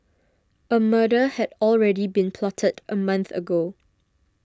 a murder had already been plotted a month ago